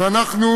ואנחנו